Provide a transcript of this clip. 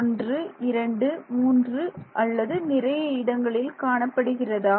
1 2 3 அல்லது நிறைய இடங்களில் காணப்படுகிறதா